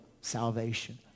Salvation